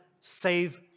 save